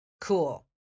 Cool